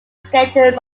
scheduled